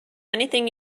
anything